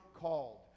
called